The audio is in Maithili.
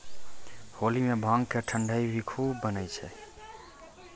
होली मॅ भांग के ठंडई भी खूब बनै छै